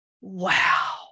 wow